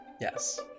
Yes